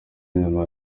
nyuma